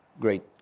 Great